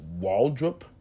Waldrop